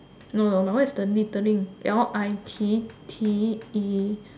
no no mine one is the littering L I T T E